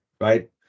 right